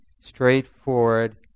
straightforward